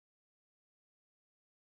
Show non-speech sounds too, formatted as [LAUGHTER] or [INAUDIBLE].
[UNINTELLIGIBLE]